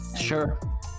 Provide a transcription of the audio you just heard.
sure